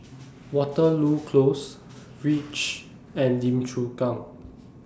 Waterloo Close REACH and Lim Chu Kang